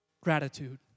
gratitude